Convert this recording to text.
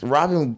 Robin